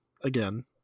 again